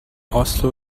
oslo